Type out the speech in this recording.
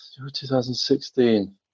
2016